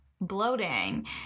bloating